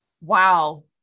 wow